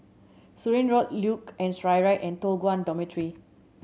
Surin Road Luge and Skyride and Toh Guan Dormitory